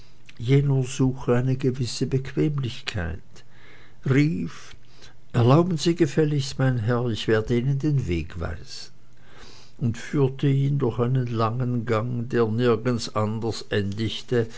suche eine gewisse bequemlichkeit rief erlauben sie gefälligst mein herr ich werde ihnen den weg weisen und führte ihn durch einen langen gang der nirgend anders